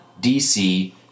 DC